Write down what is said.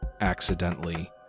accidentally